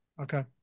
Okay